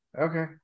Okay